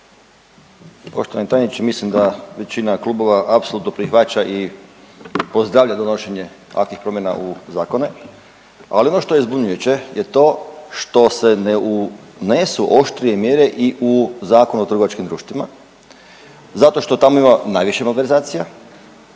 Poštovani tajniče, mislim da većina klubova apsolutno prihvaća i pozdravlja donošenje ovakvih promjena u zakone. Ali ono što je zbunjujuće je to što se ne unesu oštrije mjere i u Zakon o trgovačkim društvima zato što tamo ima najviše malverzacija.